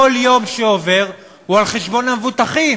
כל יום שעובר הוא על חשבון המבוטחים